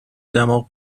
دماغ